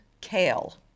kale